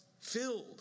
filled